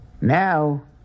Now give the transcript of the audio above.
now